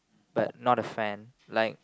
but not a fan like